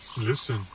Listen